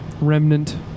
Remnant